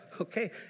okay